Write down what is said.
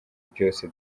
byose